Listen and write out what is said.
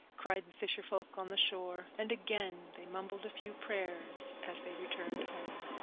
cried the fisher folk on the shore, and again they mumbled a few prayers, as they returned home.